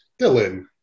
Dylan